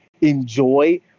enjoy